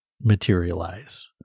materialize